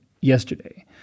yesterday